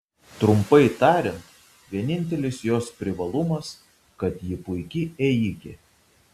trumpai tariant vienintelis jos privalumas kad ji puiki ėjikė